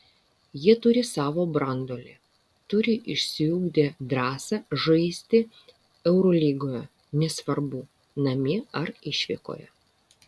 jie turi savo branduolį turi išsiugdę drąsą žaisti eurolygoje nesvarbu namie ar išvykoje